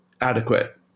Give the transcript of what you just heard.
adequate